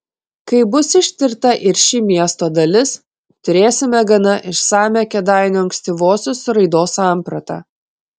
kai bus ištirta ir ši miesto dalis turėsime gana išsamią kėdainių ankstyvosios raidos sampratą